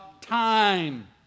time